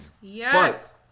Yes